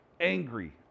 angry